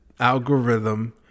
Algorithm